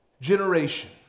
generation